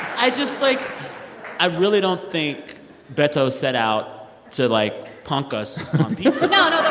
i just, like i really don't think beto set out to, like, punk us on pizza no, no. the